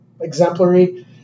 exemplary